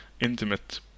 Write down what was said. intimate